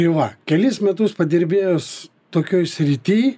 tai va kelis metus padirbėjęs tokioj srity